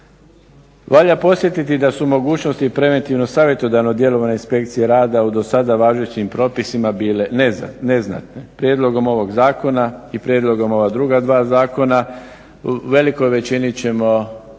Valja podsjetiti da su mogućnosti preventivno-savjetodavno djelovanje inspekcije rada u do sada važećim propisima bile neznatne. Prijedlogom ovog zakona i prijedlogom ova druga dva zakona u velikoj većini